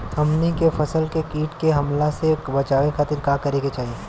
हमनी के फसल के कीट के हमला से बचावे खातिर का करे के चाहीं?